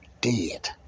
dead